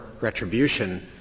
retribution